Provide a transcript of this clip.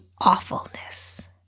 awfulness